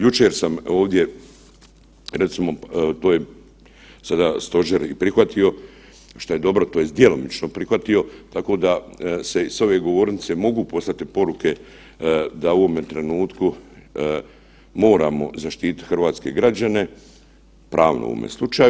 Jučer sam ovdje recimo to je, sada stožer i prihvatio, šta je dobro, tj. djelomično prihvatio tako da se i s ove govornice mogu poslati poruke da u ovome trenutku moramo zaštititi hrvatske građane, pravno u ovome slučaju.